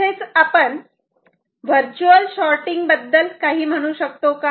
तसेच आपण वर्च्युअल शॉटिंग बद्दल काही म्हणू शकतो का